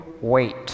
Wait